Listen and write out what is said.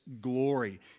glory